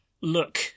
look